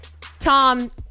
Tom